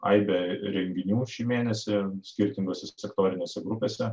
aibę renginių šį mėnesį skirtingose sektorinėse grupėse